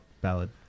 ballad